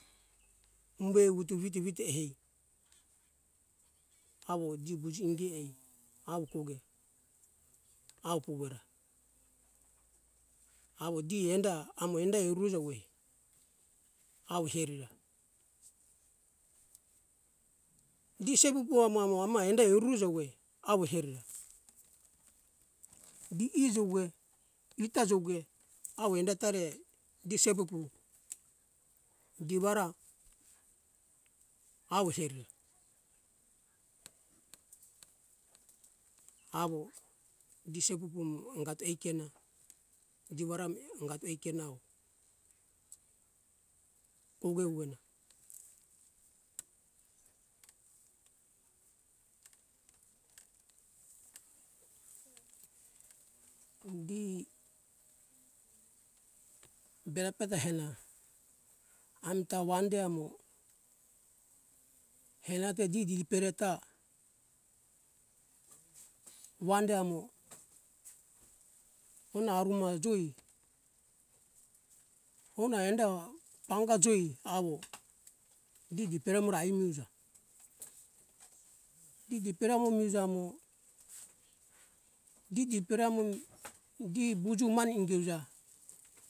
Ombe ewutu witi witi witi hey awo jibuji inge hey awo koge awo puwera awo di enda amo enda eruja ai awo herira di sepupu amo amo amo ai endai erujawei awo herira di e joue ita jogue awo endafare di se sepupu di wara awo herira awo disepupumu angato aikena diwara angato aikena oh koge uwena di bera beta hena amta wande amo henate didi pereta wande amo ona aruma joi ona enda panga joi awo didi peremura ai muja didi peremu muja mo didi peremu gi buju mane ingi uja